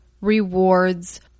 rewards